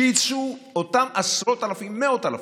שיצאו אותם עשרות אלפים, מאות אלפים,